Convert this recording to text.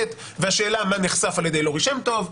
והשאלה מה נחשף ע"י לורי שם טוב,